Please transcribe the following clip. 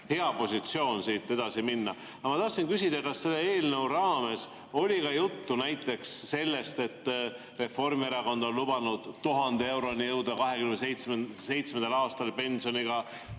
hea positsioon siit edasi minna. Aga ma tahtsin küsida, kas selle eelnõu raames oli ka juttu sellest, et Reformierakond on lubanud 1000 euroni jõuda 2027. aastal keskmise